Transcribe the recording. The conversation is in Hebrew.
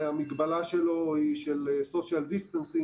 במגבלה של social distancing,